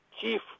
chief